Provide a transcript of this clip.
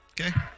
Okay